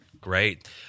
Great